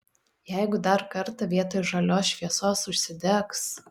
jeigu dar kartą vietoj žalios šviesos užsidegs